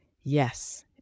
yes